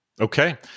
Okay